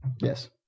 Yes